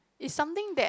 is something that